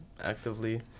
actively